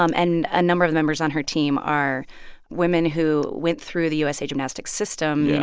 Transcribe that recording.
um and a number of members on her team are women who went through the usa gymnastics system,